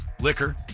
liquor